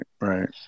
Right